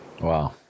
Wow